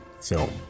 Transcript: film